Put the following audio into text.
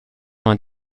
vingt